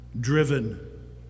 driven